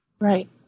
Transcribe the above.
Right